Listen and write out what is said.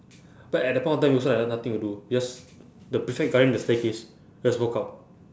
but at that point of time also I have nothing to do just the prefect guarding the staircase just walk up